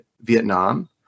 Vietnam